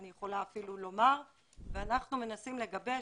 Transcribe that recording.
אנחנו מנסים לגבש